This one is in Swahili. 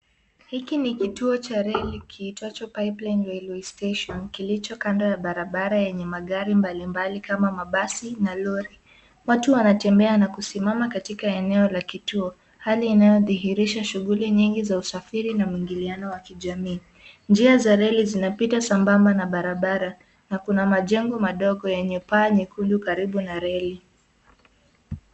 Hiki ni kituo cha reli kiitwacho (cs)pipeline railway station(cs),kilicho kando ya barabara yenye magari mbalimbali kama mabasi na roli. Watu wanatembea na kusimama katika eneo la kituo hali inayodhihirisha shughuli nyingi za usafiri na mwingiliano wa kijamii. Njia za reli zinapita sambamba na barabara na kuna majengo madogo yenye paa nyekundu karibu na reli.